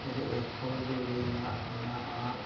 ഒരു white collar ജോലി എന്ന അന്ന ആ